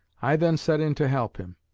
i then set in to help him.